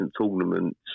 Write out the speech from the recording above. tournaments